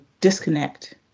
disconnect